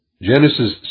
Genesis